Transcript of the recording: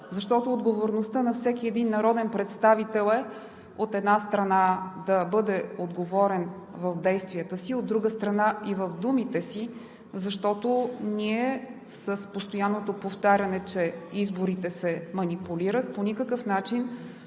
Отговорността на всеки един народен представител, от една страна, е да бъде отговорен в действията си, от друга страна – и в думите си, защото ние с постоянното повтаряне, че изборите се манипулират, по никакъв начин